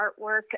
artwork